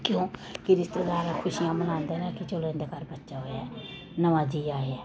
क्यों कि रिश्तेदारें खुशियां मनांदे न कि चलो इं'दे घर बच्चा होएआ नमां जी आया ऐ